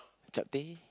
Chapteh